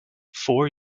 four